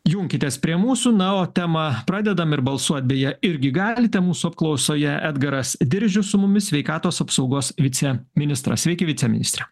junkitės prie mūsų na o temą pradedam ir balsuot beje irgi galite mūsų apklausoje edgaras diržius su mumis sveikatos apsaugos vice ministras sveiki viceministre